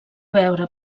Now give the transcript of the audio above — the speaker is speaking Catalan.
veure